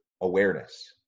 awareness